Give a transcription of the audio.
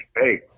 hey